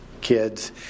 kids